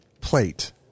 plate